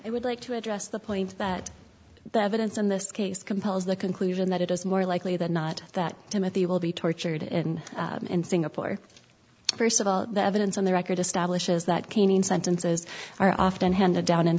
i would like to address the point that the evidence in this case compels the conclusion that it is more likely than not that timothy will be tortured in singapore first of all the evidence on the record establishes that caning sentences are often handed down in